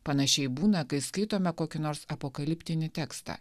panašiai būna kai skaitome kokį nors apokaliptinį tekstą